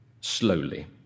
slowly